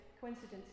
coincidence